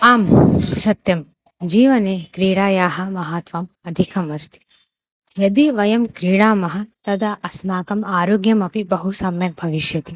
आं सत्यं जीवने क्रीडायाः महत्वम् अधिकम् अस्ति यदि वयं क्रीडामः तदा अस्माकम् आरोग्यमपि बहु सम्यक् भविष्यति